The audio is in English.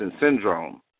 Syndrome